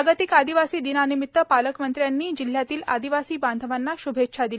जागतिक आदिवासी दिनानिमित्त पालकमंत्र्यांनी जिल्ह्यातील आदिवासी बांधवांना श्भेच्छा दिल्या